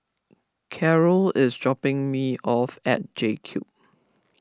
Carrol is dropping me off at J Cube